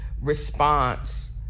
response